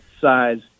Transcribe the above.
size